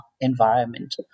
environment